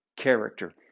character